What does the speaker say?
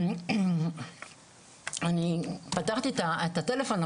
אני פתחתי את הטלפון,